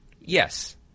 Yes